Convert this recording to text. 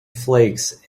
flakes